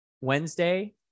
Wednesday